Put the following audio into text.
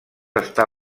està